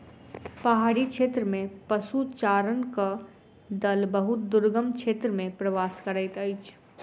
पहाड़ी क्षेत्र में पशुचारणक दल बहुत दुर्गम क्षेत्र में प्रवास करैत अछि